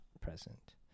present